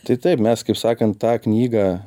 ta taip mes kaip sakant tą knygą